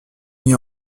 mis